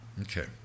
Okay